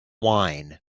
wine